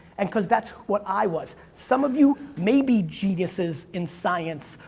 and because that's what i was. some of you may be geniuses in science.